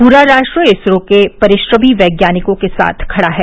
पूरा राष्ट्र इसरो के परिश्रमी वैज्ञानिकों के साथ खड़ा है